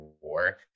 war